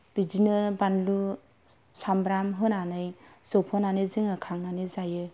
बिदिनो बानलु सामब्राम होनानै जुबहोनानै जोङो खांनानै जायो